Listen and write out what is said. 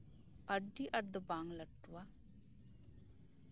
ᱟᱹᱰᱤ ᱟᱸᱴ ᱫᱚ ᱵᱟᱝ ᱞᱟᱹᱴᱩᱣᱟ